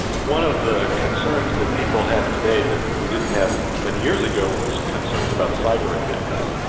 one of the concerns that people have today that we didn't have many years ago was concerns about cyber-attacks.